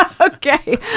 Okay